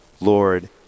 Lord